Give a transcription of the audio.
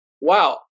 wow